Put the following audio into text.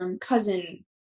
cousin